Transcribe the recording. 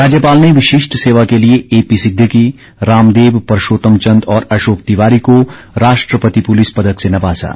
राज्यपाल ने विशिष्ट सेवा के लिए एपी सिद्धिकी रामदेव परशोतम चंद और अशोक तिवारी को राष्ट्रपति पुलिस पदक से नवाजा